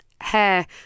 hair